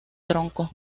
troncos